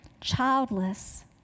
childless